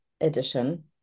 edition